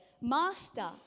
Master